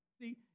See